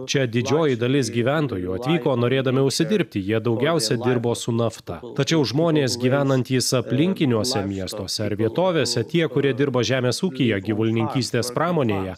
čia didžioji dalis gyventojų atvyko norėdami užsidirbti jie daugiausia dirbo su nafta tačiau žmonės gyvenantys aplinkiniuose miestuose ar vietovėse tie kurie dirba žemės ūkyje gyvulininkystės pramonėje